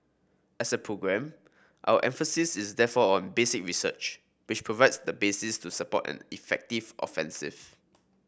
as a programme our emphasis is therefore on basic research which provides the basis to support an effective offensive